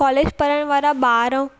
college पढ़णु वारा ॿार